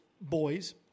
boys